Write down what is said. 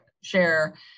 share